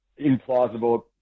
implausible